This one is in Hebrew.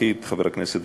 חבר הכנסת בר-לב,